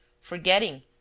forgetting